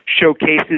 Showcases